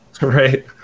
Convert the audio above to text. right